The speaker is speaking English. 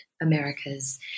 America's